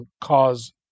cause